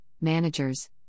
managers